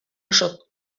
oso